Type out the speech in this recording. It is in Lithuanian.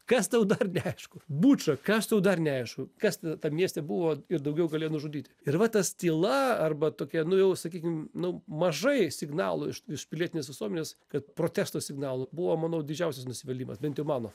kas tau dar neaišku bučą kas tau dar neaišku kas tam mieste buvo ir daugiau galėjo nužudyt ir va tas tyla arba tokia nu jau sakykim nu mažai signalų iš pilietinės visuomenės kad protesto signalų buvo manau didžiausias nusivylimas bent jau mano